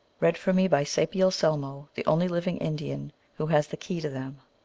read for me by sapiel selmo, the only liv ing indian who has the key to them.